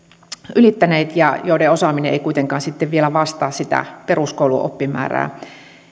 ylittäneet ja joiden osaaminen ei kuitenkaan sitten vielä vastaa sitä peruskoulun oppimäärää